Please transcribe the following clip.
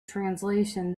translation